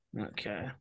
Okay